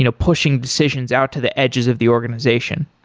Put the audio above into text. you know pushing decisions out to the edges of the organization.